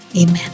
amen